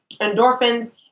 endorphins